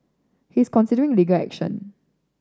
he is considering legal action